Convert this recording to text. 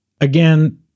Again